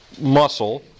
muscle